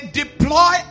deploy